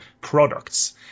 products